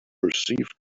perceived